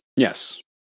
Yes